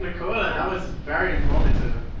nichola, that was very informative.